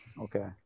Okay